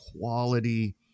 quality